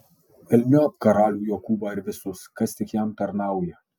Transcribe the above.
velniop karalių jokūbą ir visus kas tik jam tarnauja